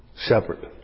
shepherd